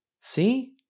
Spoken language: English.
See